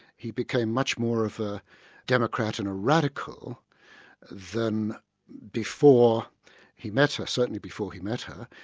he became much more of a democrat and a radical than before he met her, certainly before he met her,